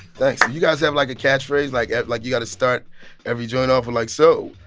thanks. you guys have, like, a catchphrase? like, like you got to start every joint off with, like, so,